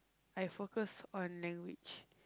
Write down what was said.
I focus on language